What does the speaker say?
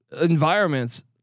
environments